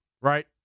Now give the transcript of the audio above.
right